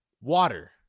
water